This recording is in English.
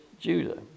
Judah